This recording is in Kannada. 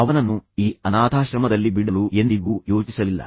ಅವನನ್ನು ಈ ಅನಾಥಾಶ್ರಮದಲ್ಲಿ ಬಿಡಲು ಎಂದಿಗೂ ಯೋಚಿಸಲಿಲ್ಲ